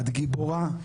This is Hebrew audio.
את גיבורה,